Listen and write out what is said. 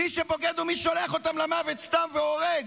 מי שבוגד הוא מי ששולח אותם למוות סתם והורג.